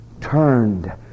turned